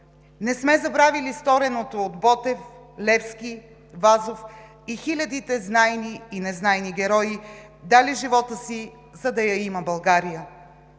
Не сме забравили стореното от Ботев, Левски, Вазов и хилядите знайни и незнайни герои, дали живота си, за да я има България.